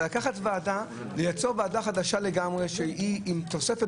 אבל לקחת ועדה וליצור ועדה חדשה לגמרי עם תוספת